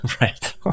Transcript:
right